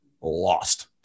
lost